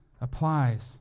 applies